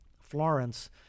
Florence